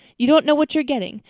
you don't know what you're getting.